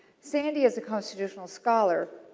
sandy is a constitutional scholar.